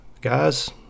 guys